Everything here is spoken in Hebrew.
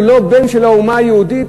הוא לא בן של האומה היהודית,